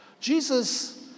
Jesus